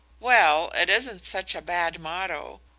well, it isn't such a bad motto.